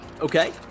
Okay